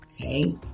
Okay